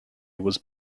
was